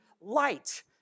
light